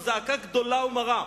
זו זעקה גדולה ומרה.